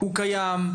הוא קיים,